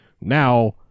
now